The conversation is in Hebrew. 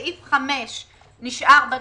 סעיף 5 נשאר בנוסחו,